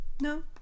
no